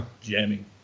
Jamming